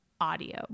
audio